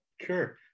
Sure